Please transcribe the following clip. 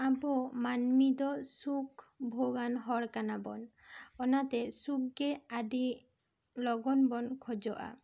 ᱟᱵᱚ ᱢᱟᱹᱱᱢᱤ ᱫᱚ ᱥᱩᱠ ᱵᱷᱚᱜᱽᱼᱟᱱ ᱦᱚᱲ ᱠᱟᱱᱟ ᱵᱚᱱ ᱚᱱᱟ ᱛᱮ ᱥᱩᱠ ᱜᱮ ᱟᱹᱰᱤ ᱞᱚᱜᱚᱱ ᱵᱚᱱ ᱠᱷᱚᱡᱚᱜᱼᱟ